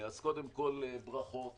אז קודם כל, ברכות.